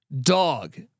dog